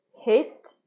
hit